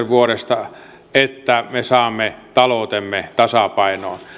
vuodesta kaksituhattayhdeksän että me saamme taloutemme tasapainoon